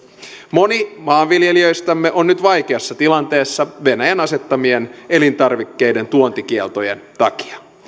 moni maanviljelijöistämme on nyt vaikeassa tilanteessa venäjän asettamien elintarvikkeiden tuontikieltojen takia